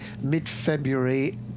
mid-February